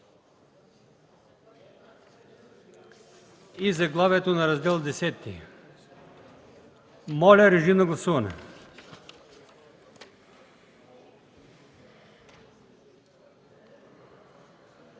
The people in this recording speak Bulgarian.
заглавието на Раздел Х. Моля, режим на гласуване.